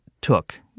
took